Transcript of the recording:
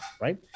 Right